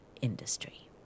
industry